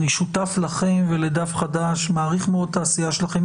אני שותף לכם ולדף חדש ומעריך מאוד את העשייה שלכם.